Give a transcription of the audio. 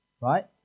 Right